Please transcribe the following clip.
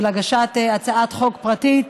של הגשת הצעת חוק פרטית.